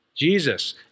Jesus